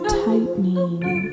tightening